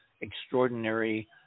extraordinary